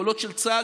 יכולות של צה"ל,